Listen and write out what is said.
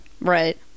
Right